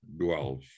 dwells